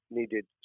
needed